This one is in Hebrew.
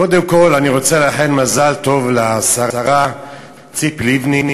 קודם כול אני רוצה לאחל מזל טוב לשרה ציפי לבני,